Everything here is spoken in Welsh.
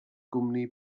gwmni